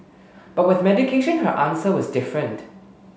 but with medication her answer was different